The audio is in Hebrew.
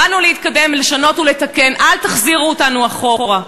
באנו להתקדם, לשנות ולתקן, אל תחזירו אותנו אחורה.